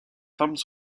femmes